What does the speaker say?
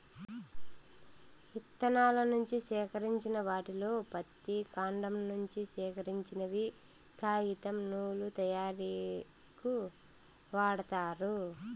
ఇత్తనాల నుంచి సేకరించిన వాటిలో పత్తి, కాండం నుంచి సేకరించినవి కాగితం, నూలు తయారీకు వాడతారు